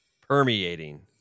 permeating